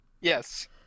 Yes